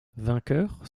vainqueur